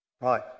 Right